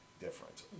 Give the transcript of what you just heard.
different